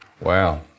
Wow